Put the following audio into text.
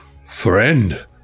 Friend